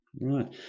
Right